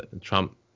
Trump